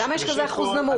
למה יש כזה אחוז נמוך?